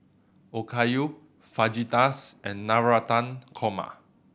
Okayu Fajitas and Navratan Korma